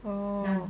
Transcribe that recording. oh